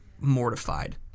mortified